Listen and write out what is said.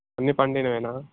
అన్నీ పండినవా